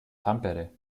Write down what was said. tampere